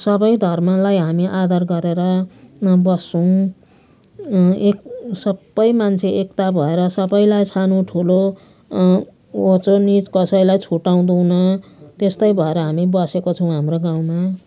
सबै धर्मलाई हामी आदर गरेर बस्छौँ एक सबै मान्छे एकता भएर सबैलाई सानो ठुलो होचो निच कसैलाई छुटाउँदैनौँ त्यस्तै भएर हामी बसेको छौँ हाम्रो गाउँमा